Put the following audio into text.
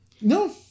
No